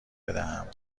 بدهم